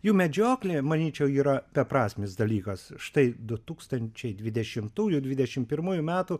jų medžioklė manyčiau yra beprasmis dalykas štai du tūkstančiai dvidešimtųjų dvidešim pirmųjų metų